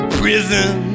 prison